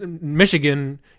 Michigan